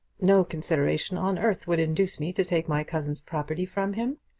no consideration on earth would induce me to take my cousin's property from him.